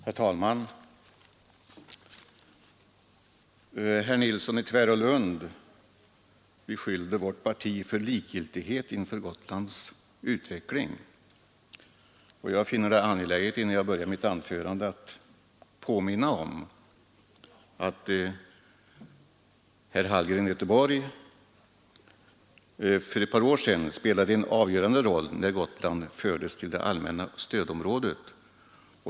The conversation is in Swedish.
Herr talman! Herr Nilsson i Tvärålund beskyllde vårt parti för likgiltighet inför Gotlands utveckling, och jag finner det angeläget att inledningsvis påminna om att herr Hallgren för ett par år sedan spelade en avgörande roll, när Gotland fördes till det allmänna stödområdet.